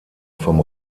vom